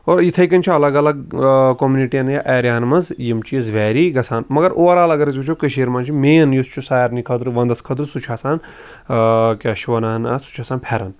اور یِتھَے کٔنۍ چھِ الگ الگ کوٚمنِٹِیَن یا ایریاہَن منٛز یِم چیٖز ویری گژھان مگر اوٚوَرآل اگر أسۍ وٕچھو کٔشیٖرِ منٛز چھِ مین یُس چھُ سارنٕے خٲطرٕ وَنٛدَس خٲطرٕ سُہ چھُ آسان کیٛاہ چھِ وَنان اَتھ سُہ چھُ آسان پھٮ۪رَن